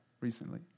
recently